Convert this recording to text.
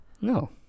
No